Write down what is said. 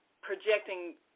projecting